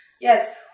Yes